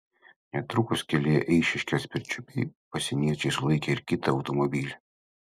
netrukus kelyje eišiškės pirčiupiai pasieniečiai sulaikė ir kitą automobilį